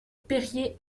perriers